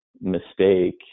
mistake